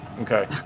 okay